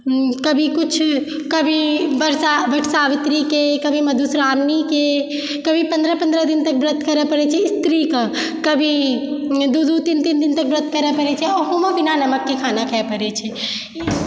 कभी कुछ कभी वट सऽ वट सावित्रीके कभी मधुश्रावणीके कभी पन्द्रह पन्द्रह दिन तक व्रत करै पड़ै छै स्त्रीके कभी दू दू तीन तीन दिनतक व्रत करै पड़ै छै ओहो बिना नमकके खाना खाय पड़ै छै